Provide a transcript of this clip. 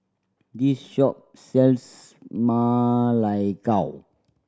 this shop sells Ma Lai Gao